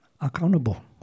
accountable